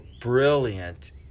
brilliant